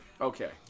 Okay